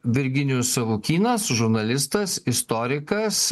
virginijus savukynas žurnalistas istorikas